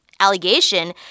allegation